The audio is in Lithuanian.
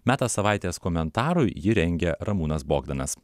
metas savaitės komentarui jį rengia ramūnas bogdanas